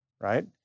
Right